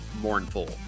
mournful